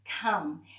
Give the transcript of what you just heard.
Come